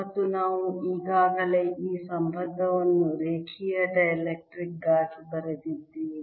ಮತ್ತು ನಾವು ಈಗಾಗಲೇ ಈ ಸಂಬಂಧವನ್ನು ರೇಖೀಯ ಡೈಎಲೆಕ್ಟ್ರಿಕ್ಸ್ ಗಾಗಿ ಬರೆದಿದ್ದೇವೆ